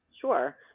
Sure